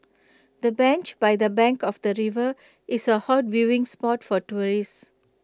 the bench by the bank of the river is A hot viewing spot for tourists